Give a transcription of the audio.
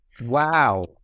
Wow